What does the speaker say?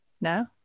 No